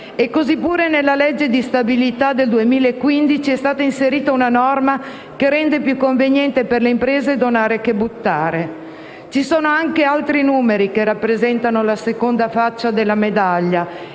stesso modo, nella legge di stabilità 2015 è stata inserita una norma che rende più conveniente per le imprese donare che buttare. Ci sono poi altri numeri che rappresentano la seconda faccia della medaglia